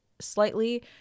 slightly